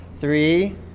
Three